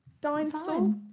dinosaur